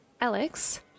Alex